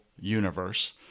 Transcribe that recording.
universe